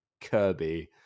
Kirby